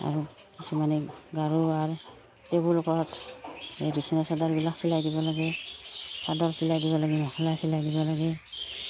আৰু কিছুমানে গাৰু ওৱাৰ টেবুলক্লথ এই বিছনা চাদৰবিলাক চিলাই দিব লাগে চাদৰ চিলাই দিব লাগে মেখেলা চিলাই দিব লাগে